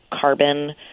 Carbon